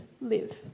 live